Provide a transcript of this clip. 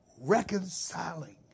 reconciling